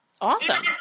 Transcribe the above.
Awesome